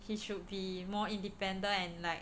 he should be more independent and like